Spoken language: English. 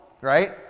right